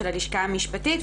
של הלשכה המשפטית,